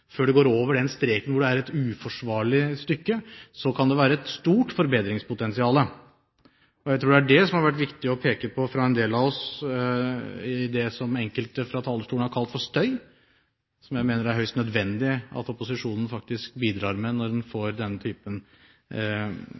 et uforsvarlig stykke, kan det være et stort forbedringspotensial. Det er det som har vært viktig å peke på for en del av oss – det som enkelte fra talerstolen har kalt støy, som jeg mener er helt nødvendig at opposisjonen faktisk bidrar med når den får den typen